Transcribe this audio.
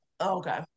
Okay